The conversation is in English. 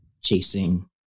chasing